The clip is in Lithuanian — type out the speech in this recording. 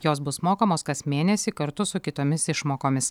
jos bus mokamos kas mėnesį kartu su kitomis išmokomis